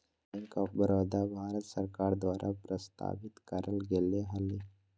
bank of Baroda, Bharat सरकार द्वारा प्रस्तावित करल गेले हलय